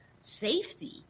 safety